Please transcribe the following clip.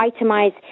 itemize